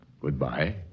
Goodbye